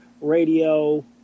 radio